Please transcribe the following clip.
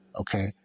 Okay